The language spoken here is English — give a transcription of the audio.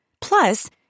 Plus